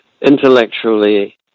intellectually